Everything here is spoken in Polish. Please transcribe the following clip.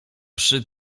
przy